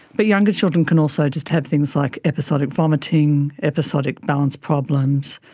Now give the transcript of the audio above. but younger children can also just have things like episodic vomiting, episodic balance problems,